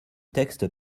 texte